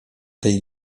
tej